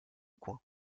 coins